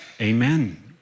amen